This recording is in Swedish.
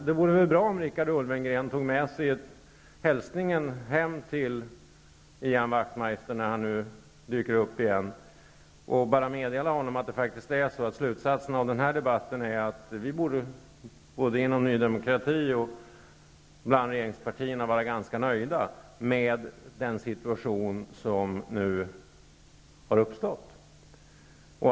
Det vore ändå bra om Richard Wachtmeister -- när han nu dyker upp igen -- att slutsatsen av den här debatten är att vi både inom Ny demokrati och bland regeringspartierna borde vara ganska nöjda med den situation som nu har uppstått.